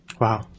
Wow